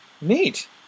Neat